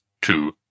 two